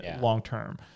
Long-term